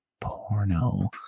Porno